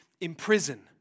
imprison